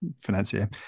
financier